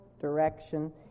direction